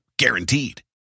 guaranteed